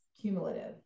cumulative